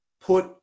put